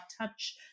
touch